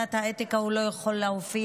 ועדת האתיקה הוא אינו יכול להופיע,